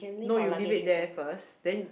no you leave it there first then